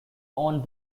owned